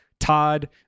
Todd